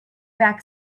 back